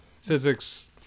physics